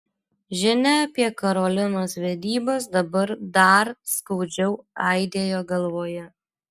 žinia apie karolinos vedybas dabar dar skaudžiau aidėjo galvoje